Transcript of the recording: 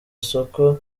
isoko